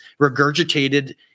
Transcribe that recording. regurgitated